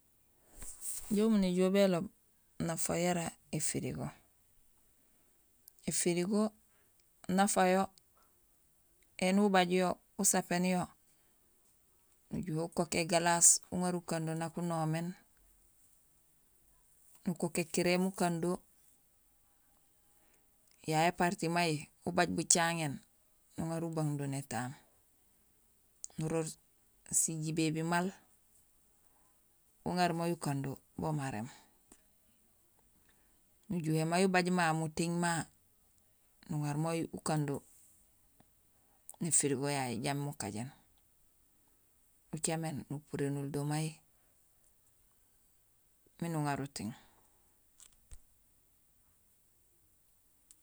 Injé umu néjool béloom nafa yara éfirigo. Ēfirigo nafa yo, éni ubaaj yo, usapéén yo: nujuhé ukook égalas uŋaar ukando miin nak unoméén, nukook ékiréén ukando; yayu éparti may ubaaj bucaŋéén nuŋaar ubang do nétaam, nuroor sijibebi maal uŋaar ukando bu maréém. Nujuhé may ubaaj muting ma nuŋa may ukando; néfirigo jambi mukajéén, ucaméén nupurénul do may miin uŋaar uting